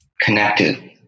connected